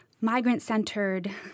migrant-centered